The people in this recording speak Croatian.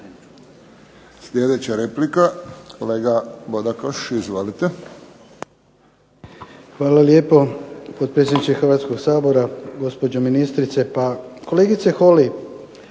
Sljedeća replika kolega Bodakoš. Izvolite.